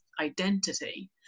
identity